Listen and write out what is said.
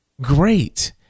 Great